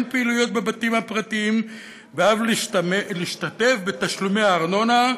פעילויות בבתים הפרטיים ואף להשתתף בתשלומי הארנונה,